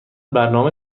برنامه